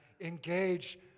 engage